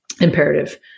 imperative